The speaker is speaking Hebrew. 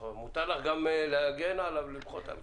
מותר לך גם להגן עליו, למחות על זה.